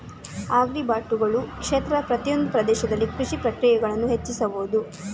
ಆಗ್ರಿಬಾಟುಗಳು ಕ್ಷೇತ್ರದ ಪ್ರತಿಯೊಂದು ಪ್ರದೇಶದಲ್ಲಿ ಕೃಷಿ ಪ್ರಕ್ರಿಯೆಗಳನ್ನು ಹೆಚ್ಚಿಸಬಹುದು